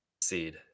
seed